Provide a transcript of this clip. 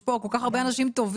יש פה כל כך הרבה אנשים טובים,